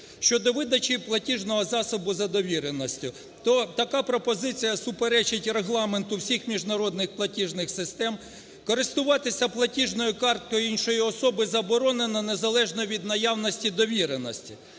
щодо видачі платіжного засобу за довіреністю, то така пропозиція суперечить регламенту всіх міжнародних платіжних систем. Користуватися платіжною карткою іншої особи заборонено, незалежно від наявності довіреності.